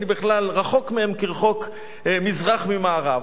אני רחוק מהם כרחוק מזרח ממערב.